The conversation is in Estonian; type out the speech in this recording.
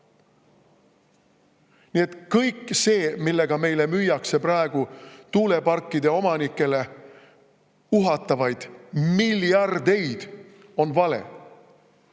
Nii et kõik see, millega meile müüakse praegu tuuleparkide omanikele miljardite uhamist, on vale.